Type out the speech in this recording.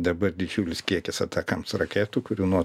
dabar didžiulis kiekis atakams raketų kurių nuo